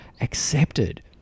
accepted